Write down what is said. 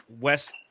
west